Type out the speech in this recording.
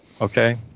Okay